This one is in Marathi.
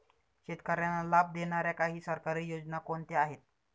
शेतकऱ्यांना लाभ देणाऱ्या काही सरकारी योजना कोणत्या आहेत?